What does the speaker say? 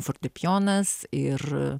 fortepijonas ir